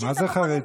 מה זה חרדים?